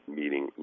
meeting